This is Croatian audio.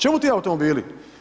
Čemu ti automobili?